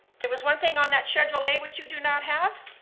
there was one thing on that schedule a, which you do not have,